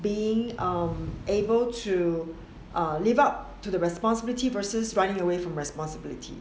being err able to err live up to the responsibility versus running away from responsibility